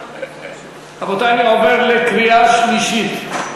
רבותי, אני עובר לקריאה שלישית.